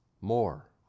more